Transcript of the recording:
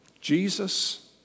Jesus